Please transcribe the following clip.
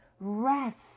rest